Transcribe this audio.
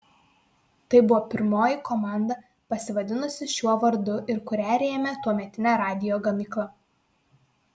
tai buvo pirmoji komanda pasivadinusi šiuo vardu ir kurią rėmė tuometinė radijo gamykla